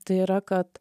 tai yra kad